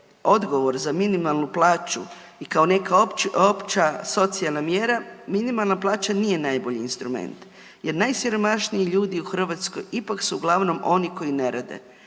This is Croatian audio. odgovor za minimalnu plaću i kao neka opće socijalna mjera, minimalna plaća nije najbolji instrument jer najsiromašniji ljudi u Hrvatskoj ipak su uglavnom oni koji ne rade,